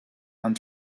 and